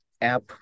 app